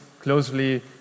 closely